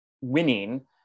winning